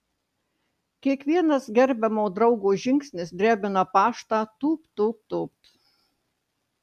kiekvienas gerbiamo draugo žingsnis drebina paštą tūpt tūpt tūpt